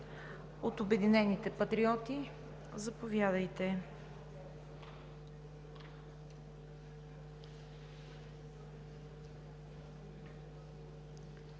От „Обединените патриоти“? Заповядайте